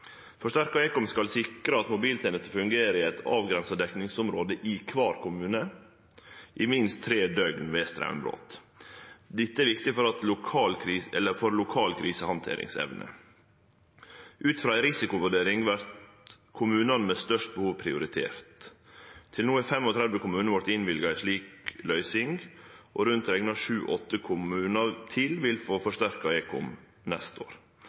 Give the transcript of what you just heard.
ekom» skal sikre at mobiltenester fungerer i eit avgrensa dekningsområde i kvar kommune i minst tre døgn ved straumbrot. Dette er viktig for den lokale krisehandteringsevna. Ut frå ei risikovurdering vert kommunane med størst behov prioriterte. Til no har 35 kommunar vorte innvilga ei slik løysing, og rundt rekna sju–åtte kommunar til vil få forsterka ekom neste år.